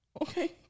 okay